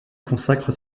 consacre